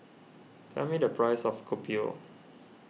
tell me the price of Kopi O